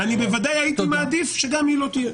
אני, בוודאי, הייתי מעדיף שגם היא לא תהיה.